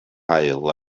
haul